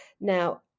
Now